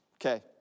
Okay